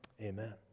amen